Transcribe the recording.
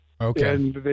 Okay